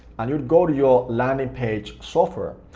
and you'd go to your landing page software.